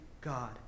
God